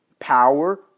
Power